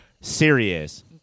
serious